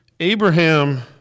Abraham